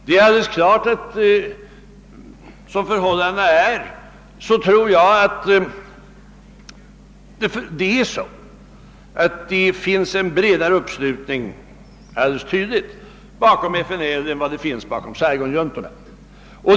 Det är alldeles tydligt att det finns en bredare uppslutning bakom FNL än vad som finns bakom Saigonjuntorna.